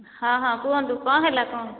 ହଁ ହଁ କୁହନ୍ତୁ କ'ଣ ହେଲା କୁହନ୍ତୁ